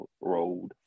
Road